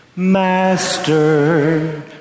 Master